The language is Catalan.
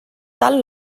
tal